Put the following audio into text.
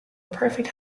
perfect